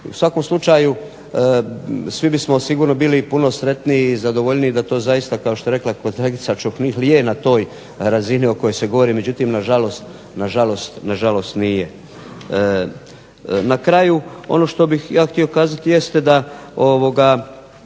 u svakom slučaju svi bismo sigurno bili puno sretniji i zadovoljniji da to zaista kao što je rekla kolegica Čuhnil je na toj razini o kojoj se govori međutim nažalost nije. Na kraju, ono što bih ja htio kazati jeste da smisao